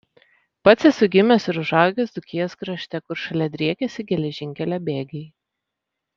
pats esu gimęs ir užaugęs dzūkijos krašte kur šalia driekėsi geležinkelio bėgiai